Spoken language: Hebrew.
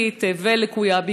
שטחית ולקויה,